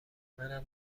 منم